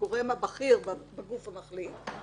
הגורם הבכיר בגוף המחליט,